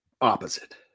opposite